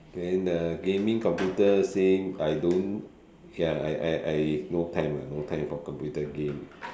then uh gaming computer game I don't ya I I I no time ah no time for computer game